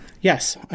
Yes